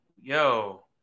Yo